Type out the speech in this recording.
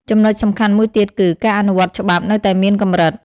ចំណុចសំខាន់មួយទៀតគឺ ការអនុវត្តច្បាប់នៅតែមានកម្រិត។